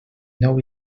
nou